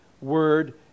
word